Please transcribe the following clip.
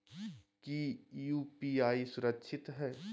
की यू.पी.आई सुरक्षित है?